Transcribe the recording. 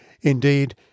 Indeed